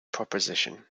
proposition